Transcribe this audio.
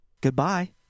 Goodbye